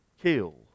kill